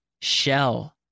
Shell